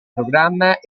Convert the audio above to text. programma